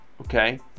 Okay